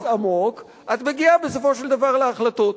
ויש לך כיס עמוק, את מגיעה בסופו של דבר להחלטות.